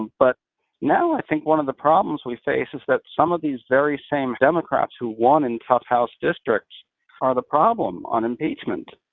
but now i think one of the problems we face is that some of these very same democrats who won in tough house districts are the problem on impeachment,